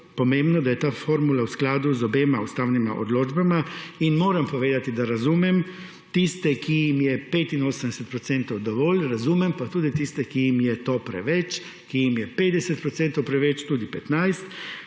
da je ta formula v skladu z obema ustavnima odločbama. Moram povedati, da razumem tisti, ki jim je 85 % dovolj, razumem pa tudi tiste, ki jim je to preveč, ki jim je 50 % preveč, tudi 15,